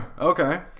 Okay